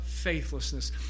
faithlessness